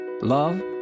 love